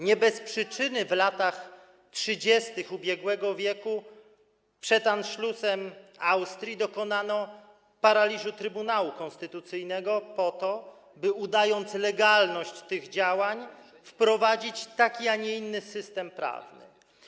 Nie bez przyczyny w latach 30. ubiegłego wieku przed anszlusem Austrii dokonano paraliżu Trybunału Konstytucyjnego, po to by udając legalność tych działań, wprowadzić taki, a nie inny system prawny.